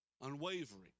Unwavering